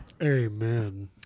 Amen